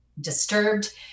disturbed